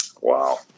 Wow